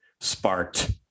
sparked